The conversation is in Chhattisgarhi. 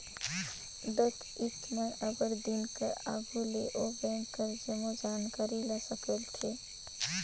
डकइत मन अब्बड़ दिन कर आघु ले ओ बेंक कर जम्मो जानकारी ल संकेलथें